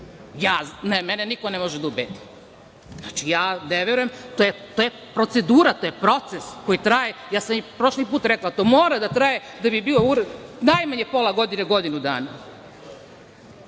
nedelje? Mene niko ne može da ubedi. Znači, ja ne verujem, to je procedura, taj proces koji traje, ja sam i prošli put rekla, to mora da traje da bi bio uredan najmanje pola godine i godinu